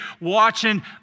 watching